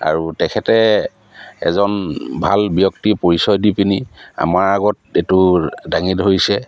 আৰু তেখেতে এজন ভাল ব্যক্তি পৰিচয় দি পিনি আমাৰ আগত এইটো দাঙি ধৰিছে